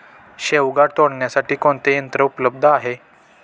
शेवगा तोडण्यासाठी कोणते यंत्र उपलब्ध आहे?